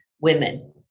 women